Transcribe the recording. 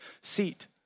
seat